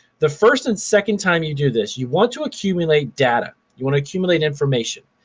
the first and second time you do this, you want to accumulate data. you wanna accumulate information.